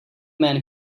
man